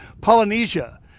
Polynesia